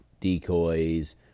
decoys